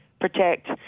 protect